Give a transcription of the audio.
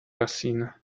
racine